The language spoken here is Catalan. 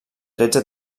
tretze